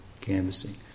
canvassing